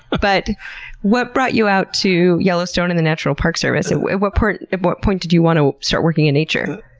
but what brought you out to yellowstone and the national park service? and at what point what point did you want to start working in nature?